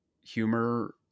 humor